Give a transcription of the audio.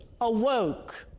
awoke